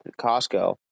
Costco